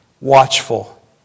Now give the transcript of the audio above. watchful